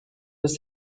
was